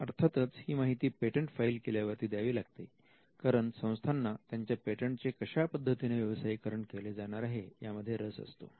अर्थातच ही माहिती पेटंट फाईल केल्या वरती द्यावी लागते कारण संस्थांना त्यांच्या पेटंट चे कशा पद्धतीने व्यवसायीकरण केले जाणार आहे यामध्ये रस असतो